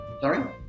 Sorry